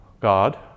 God